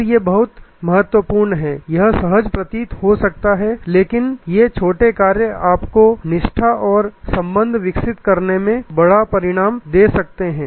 और ये बहुत महत्वपूर्ण हैं यह सहज प्रतीत हो सकता है लेकिन ये छोटे कार्य आपको निष्ठा और संबंध विकसित करने में यह बड़ा परिणाम दे सकते हैं